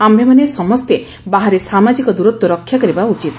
ଆମ୍ଭେମାନେ ସମସ୍ତେ ବାହାରେ ସାମାଜିକ ଦୂରତ୍ୱ ରକ୍ଷା କରିବା ଉଚିତ୍